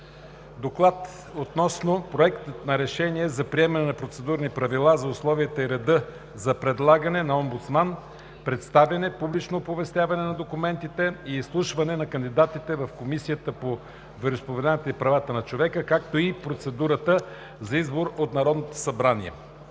на решение: „Проект! РЕШЕНИЕ за приемане на Процедурни правила за условията и реда за предлагане на омбудсман, представяне, публично оповестяване на документите и изслушване на кандидатите в Комисията по вероизповеданията и правата на човека, както и процедурата за избор от Народното събрание